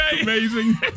Amazing